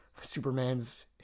Superman's